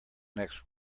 next